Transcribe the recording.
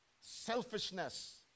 selfishness